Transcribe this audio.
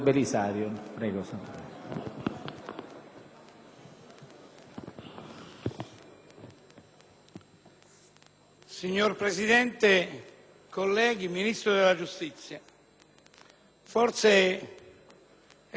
Signor Presidente, colleghi, Ministro della giustizia, forse è il momento di mettere un po' di ordine per evitare confusioni.